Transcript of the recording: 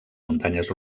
muntanyes